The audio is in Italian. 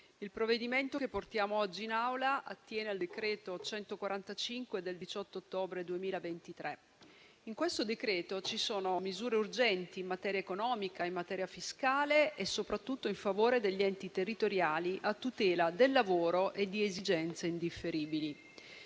il provvedimento che portiamo oggi in Aula attiene al decreto n. 145 del 18 ottobre 2023. In questo decreto ci sono misure urgenti in materia economica, in materia fiscale e soprattutto in favore degli enti territoriali e a tutela del lavoro e di esigenze indifferibili.